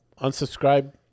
unsubscribe